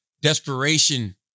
desperation